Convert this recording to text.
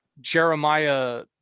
Jeremiah